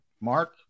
Mark